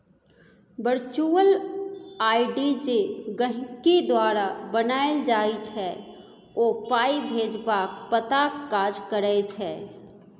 virtual ID जे गहिंकी द्वारा बनाएल जाइ छै ओ पाइ भेजबाक पताक काज करै छै